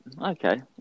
Okay